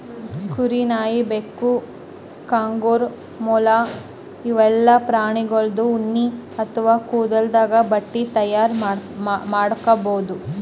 ಕುರಿ, ನಾಯಿ, ಬೆಕ್ಕ, ಕಾಂಗರೂ, ಮೊಲ ಇವೆಲ್ಲಾ ಪ್ರಾಣಿಗೋಳ್ದು ಉಣ್ಣಿ ಅಥವಾ ಕೂದಲಿಂದ್ ಬಟ್ಟಿ ತೈಯಾರ್ ಮಾಡ್ಬಹುದ್